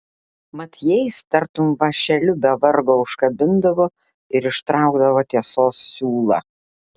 mat jais tartum vąšeliu be vargo užkabindavo ir ištraukdavo tiesos siūlą